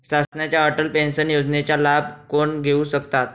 शासनाच्या अटल पेन्शन योजनेचा लाभ कोण घेऊ शकतात?